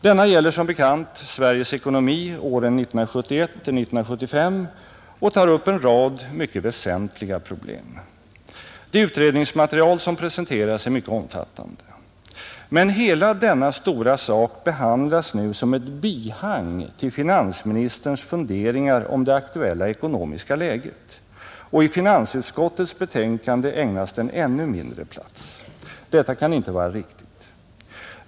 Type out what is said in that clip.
Denna gäller som bekant Sveriges ekonomi åren 1971-1975 och tar upp en rad mycket väsentliga problem. Det utredningsmaterial som presenteras är mycket omfattande. Men hela denna stora sak behandlas nu som ett bihang till finansministerns funderingar om det aktuella ekonomiska läget, och i finansutskottets betänkande ägnas den ännu mindre plats. Detta kan inte vara riktigt.